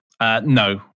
No